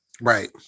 Right